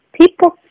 people